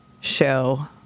show